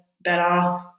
better